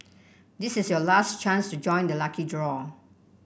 this is your last chance to join the lucky draw